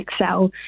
excel